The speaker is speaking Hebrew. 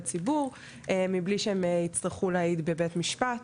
ציבור מבלי שהם יצטרכו להעיד בבית משפט.